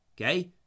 Okay